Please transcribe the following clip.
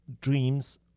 dreams